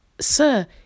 Sir